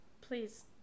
please